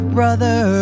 brother